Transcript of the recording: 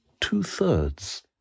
two-thirds